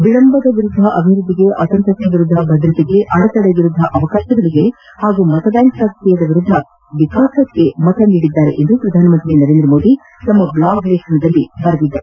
ವಿಳಂಬದ ವಿರುದ್ದ ಅಭಿವೃದ್ದಿಗೆ ಅತಂತ್ರತೆ ವಿರುದ್ದ ಭದ್ರತೆಗೆ ಅಡೆತಡೆ ವಿರುದ್ದ ಅವಕಾಶಗಳಿಗೆ ಹಾಗೂ ಮತಬ್ಬಾಂಕ್ ರಾಜಕೀಯ ವಿರುದ್ದ ವಿಕಾಸಕ್ಕೆ ಮತ ನೀಡಿದ್ದಾರೆ ಎಂದು ಪ್ರಧಾನಮಂತ್ರಿ ನರೇಂದ್ರ ಮೋದಿ ತಮ್ಮ ಬ್ಲಾಗ್ನಲ್ಲಿ ಬರೆದಿದ್ದಾರೆ